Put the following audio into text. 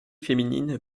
féminine